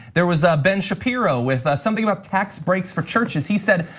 there was ben shapiro with something about tax breaks for churches. he said,